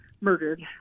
murdered